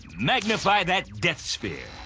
magnify that death sphere.